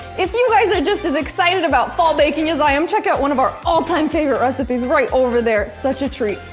if you guys are just as excited about fall baking as i am, check out one of our all time favorite recipes right over there, such a treat.